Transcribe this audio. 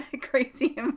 crazy